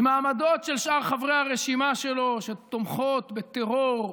עם העמדות של שאר חברי הרשימה שלו, שתומכות בטרור,